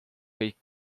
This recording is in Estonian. kõik